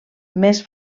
més